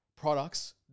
products